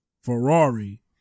Ferrari